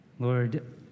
Lord